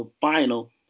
final